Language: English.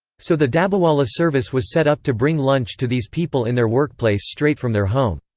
so the dabbawala service was set up to bring lunch to these people in their workplace straight from their home.